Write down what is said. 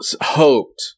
hoped